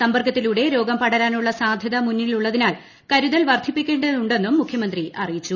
സമ്പർക്കത്തിലൂടെ രോഗം പടരാനുള്ള സാധ്യത മുന്നിലുള്ളതിനാൽ കരുതൽ വർധിപ്പിക്കേണ്ടതുണ്ടെന്നും മുഖ്യമന്ത്രി അറിയിച്ചു